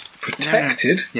protected